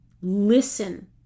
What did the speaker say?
listen